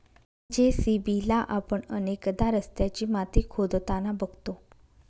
JCB ला आपण अनेकदा रस्त्याची माती खोदताना बघतो